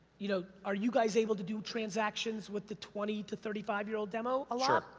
you know, are you guys able to do transactions with the twenty to thirty five year old demo a lot? sure,